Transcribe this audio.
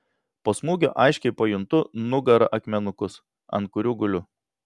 po smūgio aiškiai pajuntu nugara akmenukus ant kurių guliu